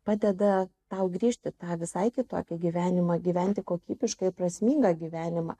padeda tau grįžti į tą visai kitokį gyvenimą gyventi kokybišką ir prasmingą gyvenimą